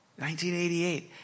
1988